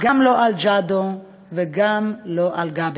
גם לא על ג'אדו וגם לא על גאבס,